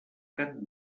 gat